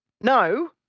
no